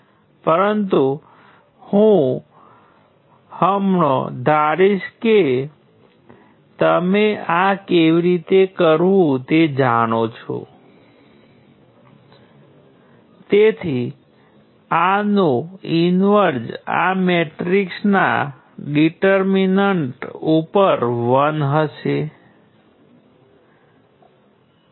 હવે હું તમને જેની વાત કરવા માંગુ છું તે હકીકત એ છે કે કોઈપણ કિસ્સામાં તમે આ ચાર કાળી એન્ટ્રીઓને મેટ્રિક્સના કર્ણ વિશે સપ્રમાણતાથી જુઓ છો